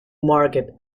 market